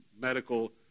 medical